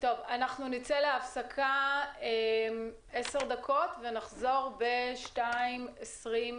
אנחנו נצא להפסקה של עשר דקות ונחזור ב-14:22.